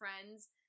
friends